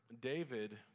David